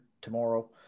tomorrow